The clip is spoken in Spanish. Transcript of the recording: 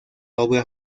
obra